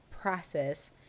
process